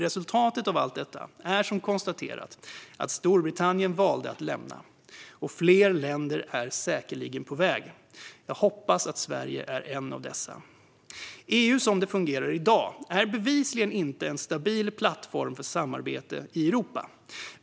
Resultatet av allt detta är som konstaterat att Storbritannien valde att lämna EU, och fler länder är säkerligen på väg. Jag hoppas att Sverige är ett av dessa länder. Som det fungerar i dag är EU bevisligen inte en stabil plattform för samarbete i Europa.